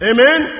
Amen